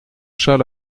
chat